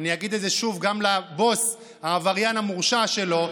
אגיד את זה שוב לבוס העבריין המורשע שלו,